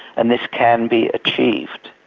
and this can be achieved,